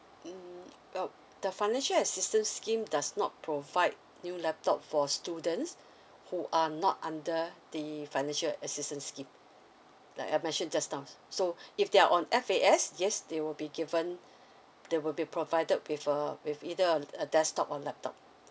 mm um the financial assistance scheme does not provide new laptop for students who are not under the financial assistance scheme like I mentioned just now so if they are F_A_S yes they will be given they will be provided with a with either a a desktop or laptop